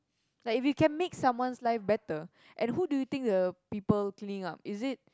like if you can make someone's life better and who do you think the people cleaning up is it